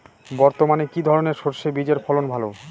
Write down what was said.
বর্তমানে কি ধরনের সরষে বীজের ফলন ভালো?